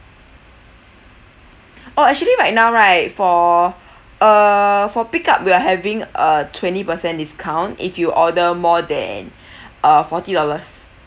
oh actually right now right for uh for pick up we are having a twenty percent discount if you order more than uh forty dollars